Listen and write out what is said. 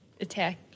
attack